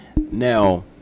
Now